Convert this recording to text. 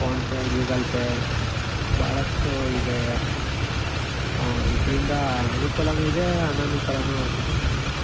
phone pay Google Pay ಭಾಳಷ್ಟು ಇವೆ ಇದರಿಂದಾ ಅನುಕೂಲನು ಇದೇ ಅನನುಕೂಲನೂ ಆಗಿದೆ ನನಗೆ